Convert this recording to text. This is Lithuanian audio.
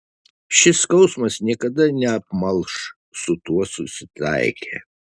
šis skausmas niekada neapmalš su tuo susitaikė